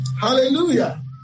Hallelujah